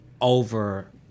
over